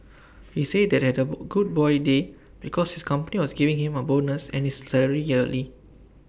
he said that had double good boy day because his company was giving him A bonus and his salary yearly